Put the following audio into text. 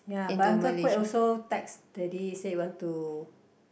ya but Uncle-Quek also text daddy say you want to